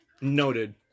Noted